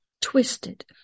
twisted